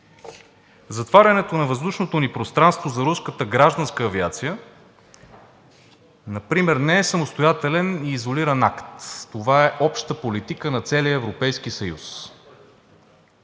Затварянето на въздушното ни пространство за руската гражданска авиация например не е самостоятелен и изолиран акт. Това е обща политика на целия Европейски съюз.